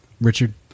Richard